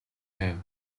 байв